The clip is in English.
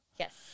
Yes